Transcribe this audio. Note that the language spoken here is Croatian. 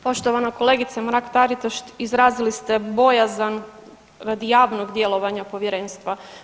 Poštovana kolegice Mrak Taritaš izrazili ste bojazan radi javnog djelovanja povjerenstva.